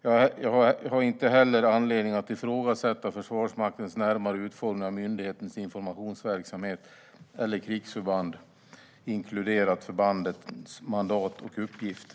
Jag har inte heller anledning att ifrågasätta Försvarsmaktens närmare utformning av myndighetens informationsverksamhet eller krigsförband inkluderat förbandens mandat och uppgifter.